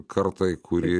kartai kuri